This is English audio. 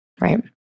Right